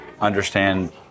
understand